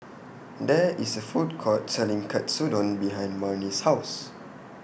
There IS A Food Court Selling Katsudon behind Marni's House